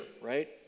right